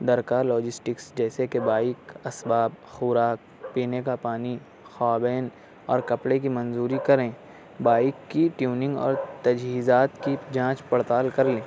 درکار لاجسٹکس جیسے کہ بائک اسباب خوراک پینے کا پانی خابین اور کپڑے کی منظوری کریں بائک کی ٹیوننگ اور تجہیزات کی جانچ پڑتال کر لیں